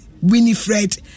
Winifred